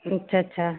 अच्छा अच्छा